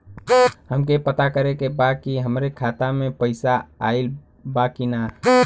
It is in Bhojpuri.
हमके पता करे के बा कि हमरे खाता में पैसा ऑइल बा कि ना?